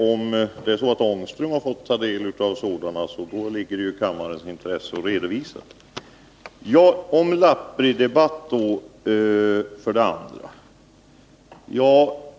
Om Rune Ångström har fått ta del av några utvärderingar, borde det ligga i kammarens intresse att få dem redovisade. Rune Ångström talar om lappridebatt.